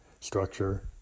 structure